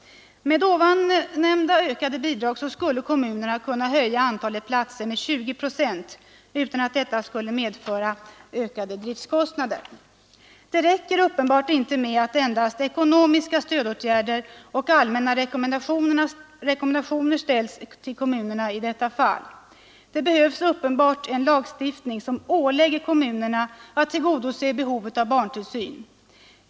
Med nu nämnda ökade bidrag skulle kommunerna kunna höja antalet platser med 20 procent utan att detta skulle medföra ökade driftkostnader. Det räcker tydligen inte med enbart ekonomiska stödåtgärder och allmänna rekommendationer till kommunerna i detta fall. Det behövs uppenbarligen en lagstiftning som ålägger kommunerna att tillgodose behovet av barntillsyn.